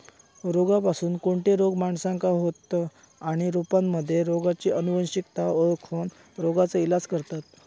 रोपांपासून कोणते रोग माणसाका होतं आणि रोपांमध्ये रोगाची अनुवंशिकता ओळखोन रोगाचा इलाज करतत